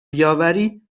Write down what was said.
بیاوری